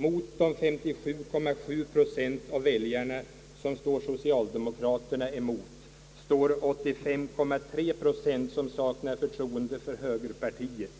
Mot de 57,7 procent av väljarna som står socialdemokraterna emot står 85,3 procent som saknar förtroende för högerpartiet,